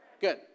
Good